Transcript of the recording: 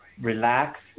relax